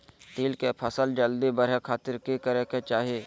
तिल के फसल जल्दी बड़े खातिर की करे के चाही?